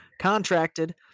contracted